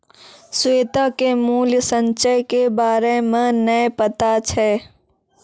श्वेता के मूल्य संचय के बारे मे नै पता छै